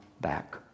back